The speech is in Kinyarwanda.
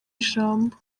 ijambo